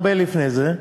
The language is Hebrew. וזה הרבה לפני זה,